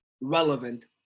relevant